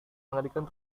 mengerikan